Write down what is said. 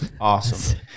awesome